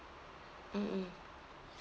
mm mm